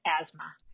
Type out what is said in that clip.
asthma